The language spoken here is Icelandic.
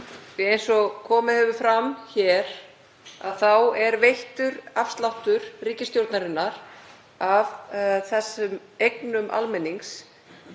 Eins og komið hefur fram þá er veittur afsláttur ríkisstjórnarinnar af þessum eignum almennings,